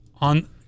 on